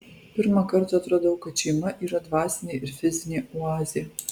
pirmą kartą atradau kad šeima yra dvasinė ir fizinė oazė